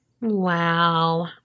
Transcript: Wow